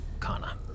Kana